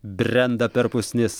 brenda per pusnis